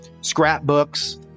scrapbooks